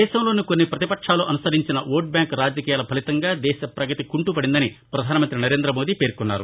దేశంలోని కొన్ని ప్రతిపక్షాలు అనుసరించిన ఓట్బ్యాంక్ రాజకీయాల ఫలితంగా దేశపగతి కుంటుపడిందని ప్రధానమంతి నరేందమోడి పేర్కొన్నారు